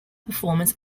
performance